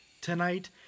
Tonight